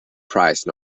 price